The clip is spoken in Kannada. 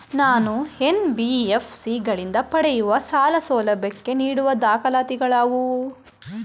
ನಾನು ಎನ್.ಬಿ.ಎಫ್.ಸಿ ಗಳಿಂದ ಪಡೆಯುವ ಸಾಲ ಸೌಲಭ್ಯಕ್ಕೆ ನೀಡುವ ದಾಖಲಾತಿಗಳಾವವು?